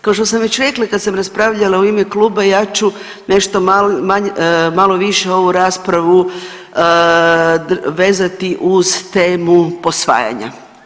Kao što sam već rekla, kad sam raspravljala u ime kluba, ja ću nešto malo više ovu raspravu vezati uz temu posvajanja.